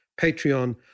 Patreon